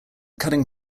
cutting